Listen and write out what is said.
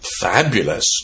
fabulous